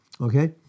Okay